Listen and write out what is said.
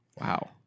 Wow